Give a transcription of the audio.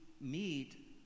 meet